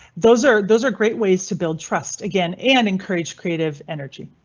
those are, those are great ways to build trust again and encourage creative enerji.